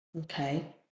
Okay